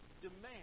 demand